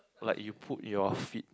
like you put your feet